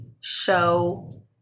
show